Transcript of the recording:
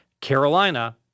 Carolina